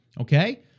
Okay